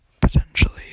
potentially